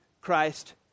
Christ